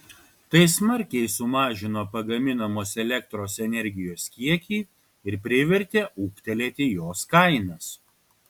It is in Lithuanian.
tai smarkiai sumažino pagaminamos elektros energijos kiekį ir privertė ūgtelėti jos kainas